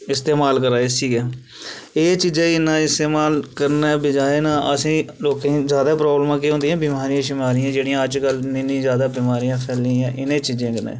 इस्तेमाल करा दे इसी गै एह् चीज़ा गी इन्ना इस्तेमाल करने दे बजाए न असें लोकें गी ज्यादा प्राब्लमा केह् होंदियां बिमारिया शमारियां जेह्ड़ियां अजकल इन्नियां ज्यादा बिमारियां फैली दियां इ'नें चीजें कन्नै